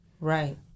Right